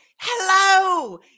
hello